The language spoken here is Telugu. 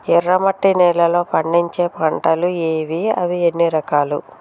ఎర్రమట్టి నేలలో పండించే పంటలు ఏవి? అవి ఎన్ని రకాలు?